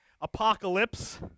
apocalypse